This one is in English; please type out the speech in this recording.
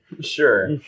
Sure